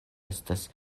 estas